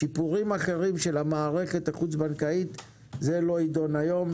שיפורים אחרים של המערכת החוץ בנקאית זה לא ידון היום.